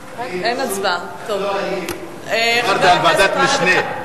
רגע, פשוט את לא היית, דיברתי על ועדת משנה.